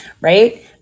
right